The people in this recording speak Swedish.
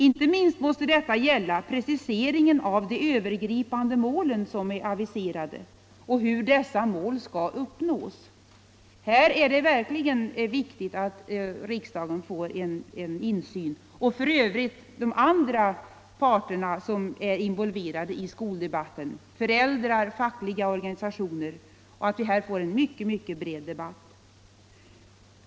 Inte minst måste detta gälla preciseringen av de övergripande målen som är aviserade och hur dessa mål skall uppnås. Här är det verkligen viktigt att riksdagen och även de andra parterna som är involverade i skoldebatten, föräldrar och fackliga organisationer, får insyn och att det kommer till stånd en mycket bred debatt.